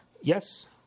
Yes